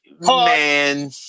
Man